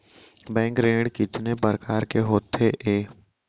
Bank ऋण कितने परकार के होथे ए?